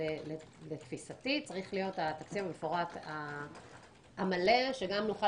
ולתפיסתי צריך להיות התקציב המפורט המלא שנוכל